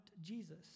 Jesus